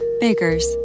Baker's